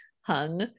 hung